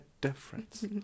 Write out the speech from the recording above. difference